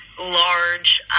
large